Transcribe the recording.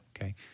Okay